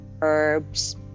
herbs